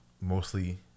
mostly